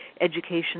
education